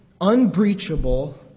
unbreachable